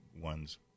ones